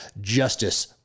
justice